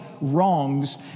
wrongs